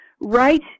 right